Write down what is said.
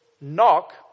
Knock